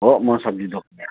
हो मो सब्जी दोकानी हो